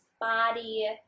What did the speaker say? body